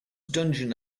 dungeon